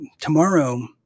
tomorrow